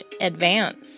advance